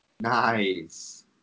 Nice